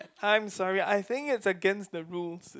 I am sorry I think it's against the rules